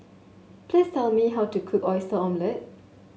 please tell me how to cook Oyster Omelette